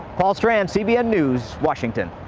paul strand, cbn news, washington.